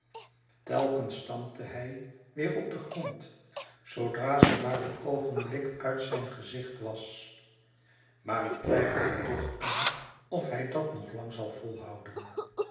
telkens stampte hij weer op den grond zoodrazij maar een oogenblik uit zijn gezicht was maar ik twijfel er toch aan of hij dat nog lang zal volhouden